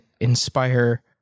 inspire